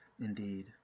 Indeed